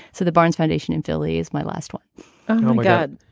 so the barnes foundation in philly is my last one oh, my god.